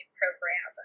program